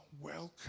welcome